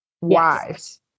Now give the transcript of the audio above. wives